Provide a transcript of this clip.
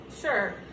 Sure